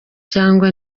cyangwa